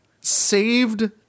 saved